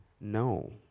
no